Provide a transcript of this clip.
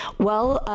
well,